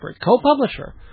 co-publisher